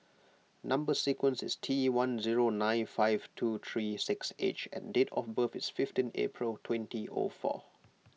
Number Sequence is T one zero nine five two three six H and date of birth is fifteen April twenty O four